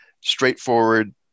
straightforward